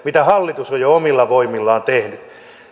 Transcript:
mitä hallitus on jo omilla voimillaan tehnyt